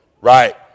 right